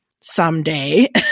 someday